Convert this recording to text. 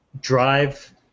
Drive